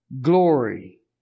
glory